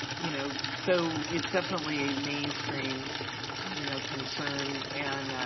you know, so it's definitely mainstream you know concern and,